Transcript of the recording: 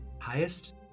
Highest